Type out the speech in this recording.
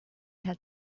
had